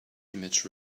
image